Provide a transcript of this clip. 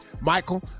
Michael